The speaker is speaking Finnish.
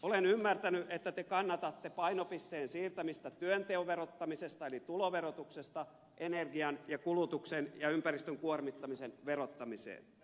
olen ymmärtänyt että te kannatatte painopisteen siirtämistä työnteon verottamisesta eli tuloverotuksesta energian ja kulutuksen ja ympäristön kuormittamisen verottamiseen